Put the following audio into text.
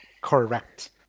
correct